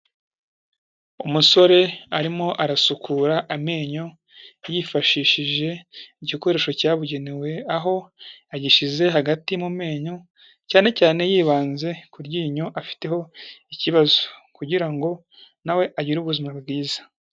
Umusore arimo arasukura amenyo, yifashishije igikoresho cyabugenewe, aho agishyize hagati mu menyo, cyane cyane yibanze ku ryinyo afiteho ikibazo, kugira ngo na we agire ubuzima bwiza.